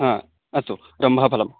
आ अस्तु ब्रह्मफलम्